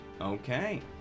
Okay